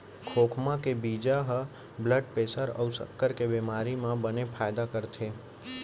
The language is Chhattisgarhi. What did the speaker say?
खोखमा के बीजा ह ब्लड प्रेसर अउ सक्कर के बेमारी म बने फायदा करथे